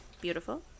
beautiful